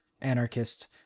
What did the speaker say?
anarchist